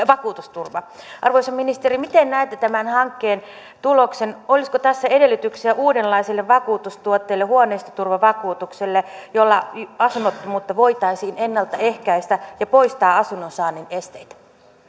vakuutusturva arvoisa ministeri miten näette tämän hankkeen tuloksen olisiko tässä edellytyksiä uudenlaiselle vakuutustuotteelle huoneistoturvavakuutukselle jolla asunnottomuutta voitaisiin ennalta ehkäistä ja poistaa asunnon saannin esteitä